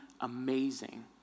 amazing